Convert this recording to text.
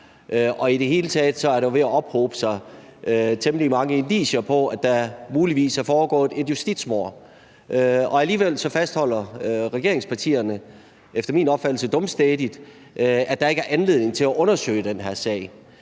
og i det hele taget er der ved at ophobe sig temmelig mange indicier på, at der muligvis er foregået et justitsmord. Alligevel fastholder regeringspartierne – efter min opfattelse dumstædigt – at der ikke er anledning til at undersøge den her sag.